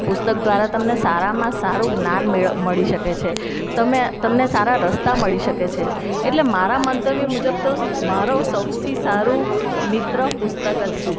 પુસ્તક દ્વારા તમને સારામાં સારું જ્ઞાન મેળવી મળી શકે છે તમે તમને સારા રસ્તા મળી શકે છે એટલે મારા મંતવ્ય મુજબ તો મારો સૌથી સારું મિત્ર પુસ્તક જ છે